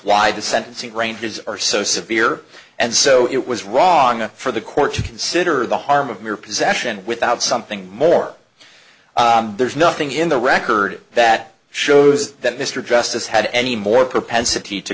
why the sentencing ranges are so severe and so it was wrong for the court to consider the harm of mere possession without something more there's nothing in the record that shows that mr justice had any more propensity to